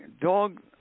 Dog